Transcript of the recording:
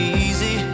easy